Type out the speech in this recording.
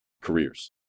careers